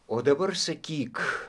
o dabar sakyk